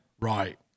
Right